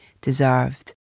deserved